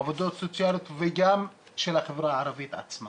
עובדות סוציאליות וגם של החברה הערבית עצמה,